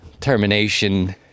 termination